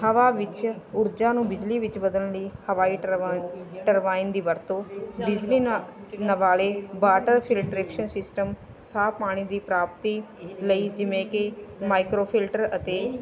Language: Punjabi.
ਹਵਾ ਵਿੱਚ ਊਰਜਾ ਨੂੰ ਬਿਜਲੀ ਵਿੱਚ ਬਦਲਣ ਲਈ ਹਵਾਈ ਟਰਬਾ ਟਰਬਾਈਨ ਦੀ ਵਰਤੋਂ ਬਿਜਲੀ ਨਾ ਵਾਲੇ ਵਾਟਰ ਫਿਲਟਰੇਸ਼ਨ ਸਿਸਟਮ ਸਾਫ ਪਾਣੀ ਦੀ ਪ੍ਰਾਪਤੀ ਲਈ ਜਿਵੇਂ ਕਿ ਮਾਈਕਰੋ ਫਿਲਟਰ ਅਤੇ